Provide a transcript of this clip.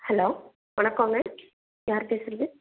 hello வணக்கங்க யார் பேசுகிறீங்க